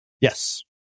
Yes